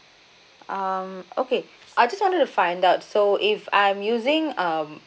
um okay I just wanted to find out so if I'm using um